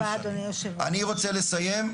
אני רוצה לסיים.